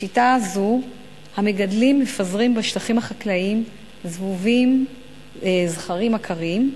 בשיטה זו המגדלים מפזרים בשטחים חקלאיים זבובים זכרים עקרים,